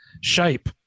shape